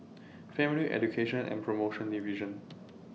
Family Education and promotion Division